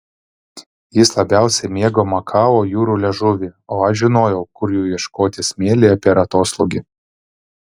jis labiausiai mėgo makao jūrų liežuvį o aš žinojau kur jų ieškoti smėlyje per atoslūgį